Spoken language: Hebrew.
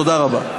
תודה רבה.